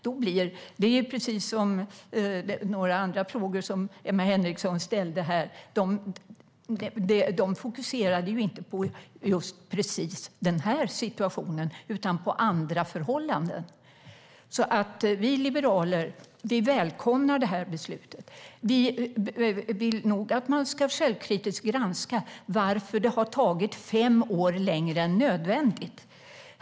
Det är precis som vid några andra frågor som Emma Henriksson ställde som ju inte fokuserade på den här situationen utan på andra förhållanden. Vi liberaler välkomnar det här beslutet och vill att man självkritiskt ska granska varför det har tagit fem år längre än nödvändigt.